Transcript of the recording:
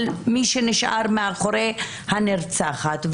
על מי שנשאר מאחורי הנרצחת,